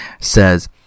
says